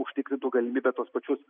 užtikrintų galimybę tuos pačius